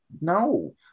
No